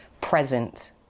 present